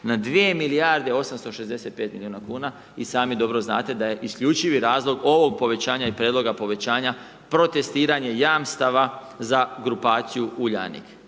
na 2 milijarde 865 milijuna kn, i sami dobro znate da je isključivi razlog ovog povećanja i prijedloga povećanja protestiranje jamstava za grupaciju Uljanik.